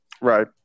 Right